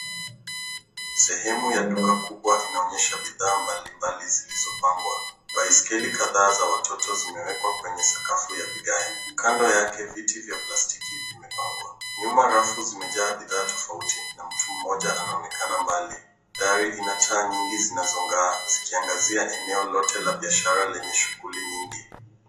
Sehemu ya duka kubwa inaonyesha bidhaa mbalimbali zilizopangwa. Baiskeli kadhaa za watoto zimewekwa kwenye sakafu ya vigae. Kando yake viti vya plastiki vimepangwa. Nyuma rafu zimejaa bidhaa tofauti na mtu mmoja anaonekana mbali. Dari ina taa nyingi zinazong'aa zikiangazia eneo lote la biashara lenye shughuli nyingi.